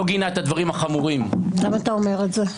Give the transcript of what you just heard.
לא גינה את הדברים החמורים -- למה אתה אומר את זה?